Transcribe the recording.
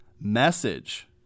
message